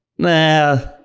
Nah